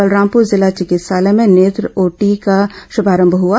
बलरामपुर जिला विकित्सालय में नेत्र ओटी का शुभारंभ हुआ